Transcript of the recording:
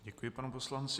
Děkuji panu poslanci.